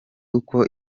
uko